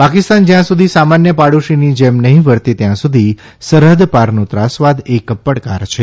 પાકિસ્તાન જયાં સુધી સામાન્ય પડોશીની જેમ નહીં વર્તે ત્યાં સુધી સરહદ પારનો ત્રાસવાદ એક પડકાર છે